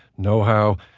know-how,